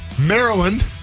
Maryland